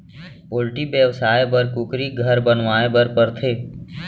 poultry बेवसाय बर कुकुरी घर बनवाए बर परथे